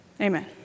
Amen